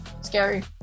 scary